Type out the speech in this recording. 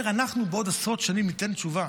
הוא אומר: אנחנו בעוד עשרות שנים ניתן תשובה,